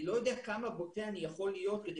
אני לא יודע כמה בוטה אני יכול להיות כדי